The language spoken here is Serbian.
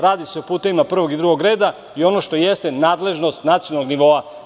Radi se o putevima prvog i drugog reda i ono što jeste nadležnost nacionalnog nivoa.